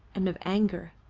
and of anger.